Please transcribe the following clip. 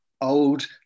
old